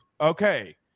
Okay